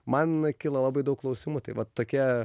man kyla labai daug klausimų tai vat tokie